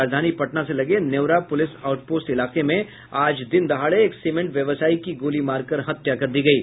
राजधानी पटना से लगे नेउरा पुलिस आउट पोस्ट इलाके में आज दिनदहाड़े एक सीमेंट व्यवसायी की गोली मारकर हत्या कर दी गयी